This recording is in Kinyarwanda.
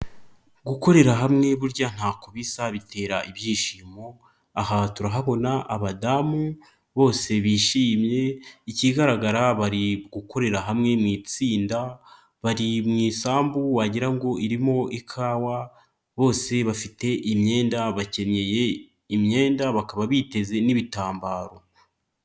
Gukorera hamwe burya ntako bisa bitera ibyishimo. Aha turahabona abadamu bose bishimye ikigaragara bari gukorera hamwe mu itsinda. Bari mu isambu wagira ngo irimo ikawa bose bafite imyenda, bakenyeye imyenda bakaba biteze n'ibitambaro.